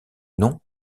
nom